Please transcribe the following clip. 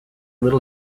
little